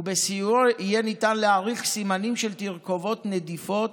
ובסיועו יהיה ניתן להעריך סימנים של תרכובות נדיפות